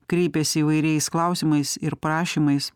kreipiasi įvairiais klausimais ir prašymais